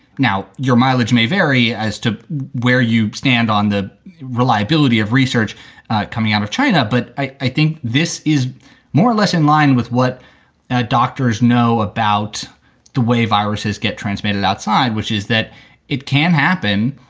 now your mileage may vary as to where you stand on the reliability of research coming out of china. but i think this is more or less in line with what doctors know about the way viruses get transmitted outside, which is that it can happen,